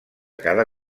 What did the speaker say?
cada